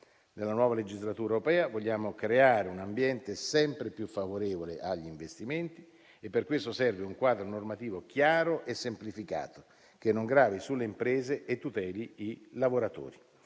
Nella nuova legislatura europea vogliamo creare un ambiente sempre più favorevole agli investimenti e per questo serve un quadro normativo chiaro e semplificato, che non gravi sulle imprese e tuteli i lavoratori.